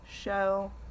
show